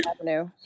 Avenue